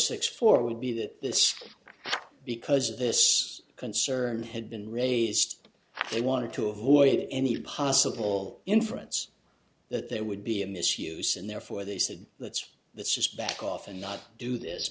six four would be that this because this concern had been raised i wanted to avoid any possible inference that there would be in this use and therefore they said that's that's just back off and not do this